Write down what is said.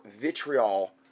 vitriol